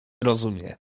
rozumie